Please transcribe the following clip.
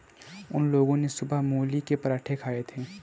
उन लोगो ने सुबह मूली के पराठे खाए थे